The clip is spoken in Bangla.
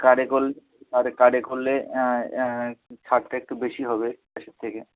কার্ডে করলে আর কার্ডে করলে ছাড়টা একটু বেশি হবে ক্যাশের থেকে